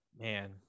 man